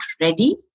ready